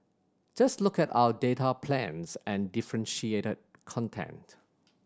just look at our data plans and differentiated content